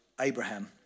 Abraham